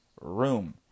room